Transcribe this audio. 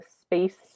space